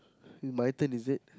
my turn is it